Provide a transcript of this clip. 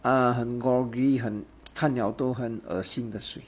ah 很 groggy 很看了都很恶心的水